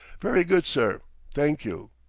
very good, sir thank you.